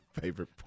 favorite